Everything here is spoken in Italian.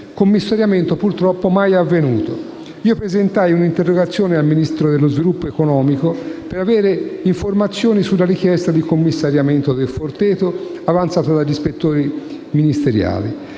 cooperativa, purtroppo mai avvenuto. Io presentai un'interrogazione al Ministro dello sviluppo economico per avere informazioni sulla richiesta di commissariamento del Forteto avanzata dagli ispettori ministeriali.